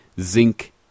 zinc